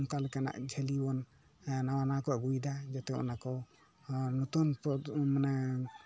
ᱚᱝᱠᱟ ᱞᱮᱠᱟᱱᱟᱜ ᱡᱷᱟ ᱞᱤ ᱵᱚᱱ ᱱᱟᱣᱟ ᱱᱟᱣᱟ ᱠᱚ ᱟᱜᱩᱭ ᱫᱟ ᱡᱚᱛᱚ ᱚᱱᱟ ᱠᱚ ᱧᱩᱛᱩᱢ ᱠᱚ ᱢᱟᱱᱮ